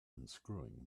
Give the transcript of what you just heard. unscrewing